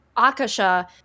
Akasha